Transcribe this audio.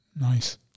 Nice